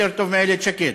יותר טוב מאיילת שקד.